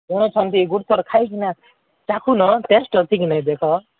କିଣୁଛନ୍ତି ଗୋଟେ ଥର ଖାଇକିନା ଚାଖୁନ ଟେଷ୍ଟ୍ ଅଛି କି ନାଇଁ ଦେଖ